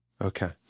Okay